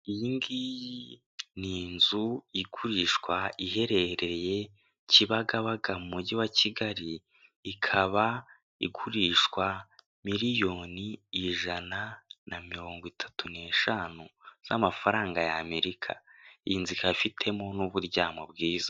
Iyi ngiyi ni inzu igurishwa iherereye Kibagabaga mu mugi wa Kigali, ikaba igurishwa miliyoni ijana na mirongo itatu n'eshanu z'amafaranga y'Amerika, iyi nzu ikaba ifitemo n'uburyamo bwiza.